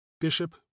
bishop